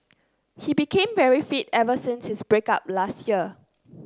he became very fit ever since his break up last year